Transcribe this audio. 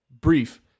brief